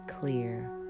clear